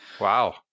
Wow